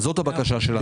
אז זו הבקשה שלנו.